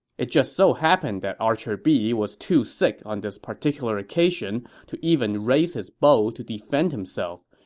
it just so happened that archer b was too sick on this particular occasion to even raise his bow to defend himself.